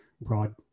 broad